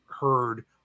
heard